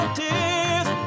tears